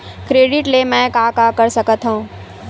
Credit ले मैं का का कर सकत हंव?